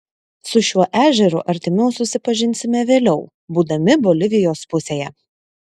su šiuo ežeru artimiau susipažinsime vėliau būdami bolivijos pusėje